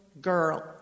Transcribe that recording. girl